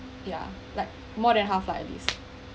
ya like more than half lah at least